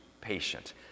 patient